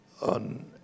on